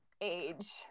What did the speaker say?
Age